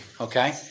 okay